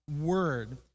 word